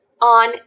on